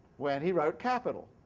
when he wrote capital.